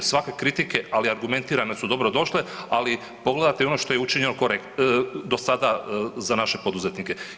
Svake kritike, ali argumentirane su dobro došle ali pogledajte ono što je učinjeno do sada za naše poduzetnike.